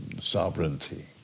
sovereignty